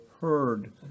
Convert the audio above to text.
heard